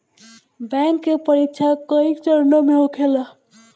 bank के परीक्षा कई चरणों में होखेला